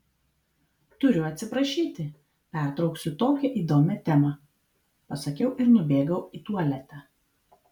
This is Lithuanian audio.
turiu atsiprašyti pertrauksiu tokią įdomią temą pasakiau ir nubėgau į tualetą